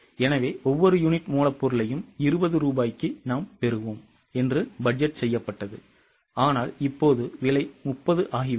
எனவே ஒவ்வொரு யூனிட் மூலப்பொருளையும் 20 ரூபாய்க்கு நாம் பெறுவோம் என்று பட்ஜெட் செய்யப்பட்டது ஆனால் இப்போது விலை 30 ஆகிவிட்டது